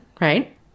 right